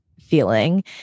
feeling